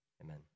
amen